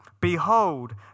Behold